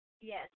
yes